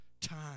time